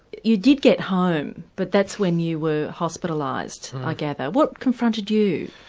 you did get home, but that's when you were hospitalised i gather. what confronted you?